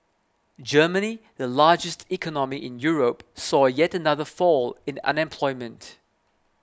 Germany the largest economy in Europe saw yet another fall in unemployment